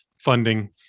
funding